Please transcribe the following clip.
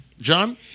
John